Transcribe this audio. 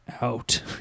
out